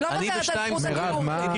אני לא רוצה לאבד את זכות הדיבור שלי.